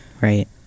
Right